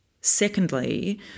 Secondly